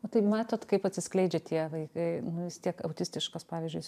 o tai matot kaip atsiskleidžia tie vaikai nu vis tiek autistiškas pavyzdžiui